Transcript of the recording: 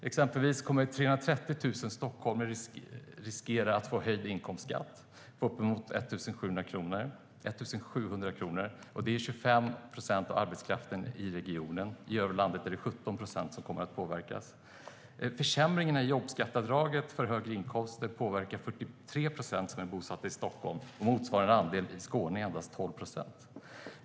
Exempelvis riskerar 330 000 stockholmare att få höjd inkomstskatt med upp emot 1 700 kronor. Det är 25 procent av arbetskraften i regionen. I övriga landet kommer 17 procent att påverkas. 43 procent av dem med högre inkomster bosatta i Stockholm påverkas av försämringarna i jobbskatteavdraget. Motsvarande andel i Skåne är endast 12 procent.